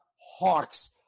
Hawks